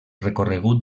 recorregut